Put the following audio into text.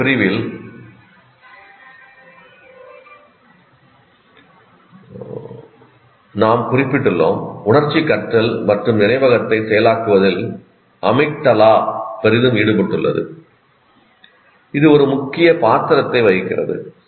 முந்தைய பிரிவில் நாம் குறிப்பிட்டுள்ளோம் உணர்ச்சி கற்றல் மற்றும் நினைவகத்தை செயலாக்குவதில் அமிக்டலா பெரிதும் ஈடுபட்டுள்ளது இது ஒரு முக்கிய பாத்திரத்தை வகிக்கிறது